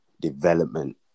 development